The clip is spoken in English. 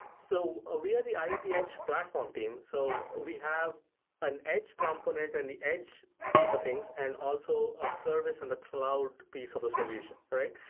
so ah we are the iot edge platform team. so we have an edge component and the edge piece of things, and also a service and the cloud piece of the solution, right?